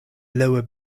lower